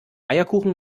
eierkuchen